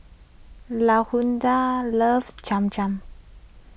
Lashunda loves Cham Cham